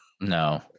no